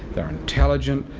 they're intelligent.